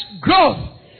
growth